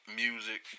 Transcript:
music